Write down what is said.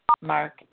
Mark